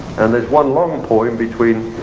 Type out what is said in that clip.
and there's one long poem between